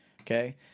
Okay